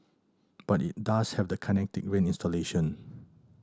but it does have the Kinetic Rain installation